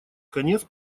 конец